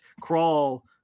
Crawl